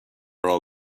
راه